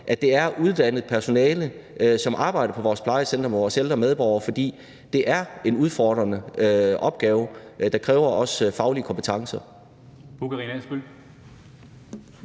at det er uddannet personale, som arbejder på vores plejecentre med vores ældre medborgere, for det er en udfordrende opgave, der også kræver faglige kompetencer.